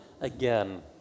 again